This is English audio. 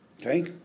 Okay